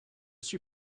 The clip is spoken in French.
suis